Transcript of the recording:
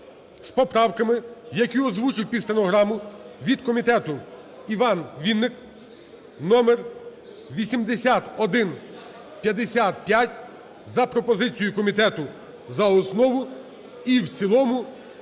з поправками, які озвучив під стенограму від комітету Іван Вінник (№ 8155), за пропозицією комітету за основу і в цілому